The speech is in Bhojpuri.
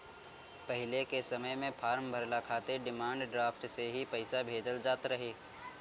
पहिले के समय में फार्म भरला खातिर डिमांड ड्राफ्ट से ही पईसा भेजल जात रहे